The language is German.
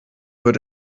wird